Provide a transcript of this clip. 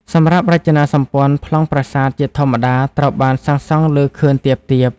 សម្រាប់រចនាសម្ព័ន្ធប្លង់ប្រាសាទជាធម្មតាត្រូវបានសាងសង់លើ ខឿនទាបៗ។